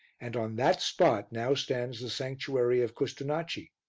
and on that spot now stands the sanctuary of custonaci.